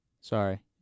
Sorry